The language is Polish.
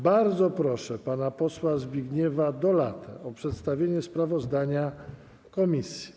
Bardzo proszę pana posła Zbigniewa Dolatę o przedstawienie sprawozdania komisji.